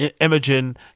Imogen